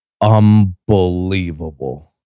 unbelievable